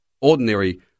ordinary